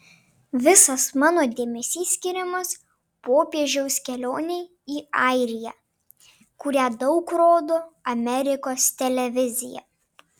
visas mano dėmesys skiriamas popiežiaus kelionei į airiją kurią daug rodo amerikos televizija